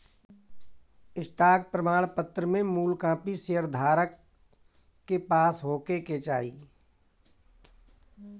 stock प्रमाणपत्र में मूल कापी शेयर धारक के पास होखे के चाही